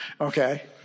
Okay